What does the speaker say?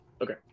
Okay